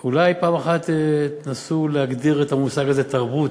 אולי פעם אחת תנסו להגדיר את המושג הזה "תרבות",